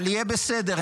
אבל יהיה בסדר,